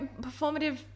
performative